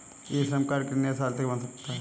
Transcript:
ई Shram card कितने साल तक बन सकता है?